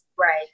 Right